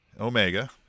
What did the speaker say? Omega